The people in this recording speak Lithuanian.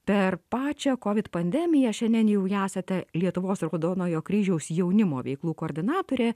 per pačią kovid pandemiją šiandien jau esate lietuvos raudonojo kryžiaus jaunimo veiklų koordinatorė